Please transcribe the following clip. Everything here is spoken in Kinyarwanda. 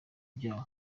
byabo